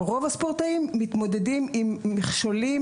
רוב הספורטאים מתמודדים עם מכשולים